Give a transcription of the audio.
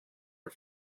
are